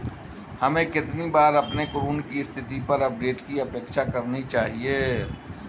हमें कितनी बार अपने ऋण की स्थिति पर अपडेट की अपेक्षा करनी चाहिए?